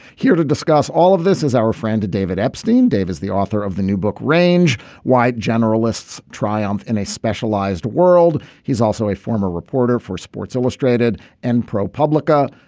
here to discuss all of this is our friend and david epstein. dave is the author of the new book range wide generalists triumph in a specialized world. he's also a former reporter for sports illustrated and propublica.